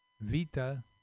Vita